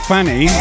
Fanny